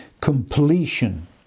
completion